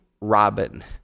Robin